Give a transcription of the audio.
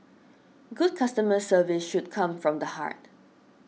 good customer service should come from the heart